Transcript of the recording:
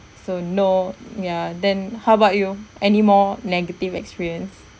so no ya then how about you anymore negative experience